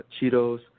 Cheetos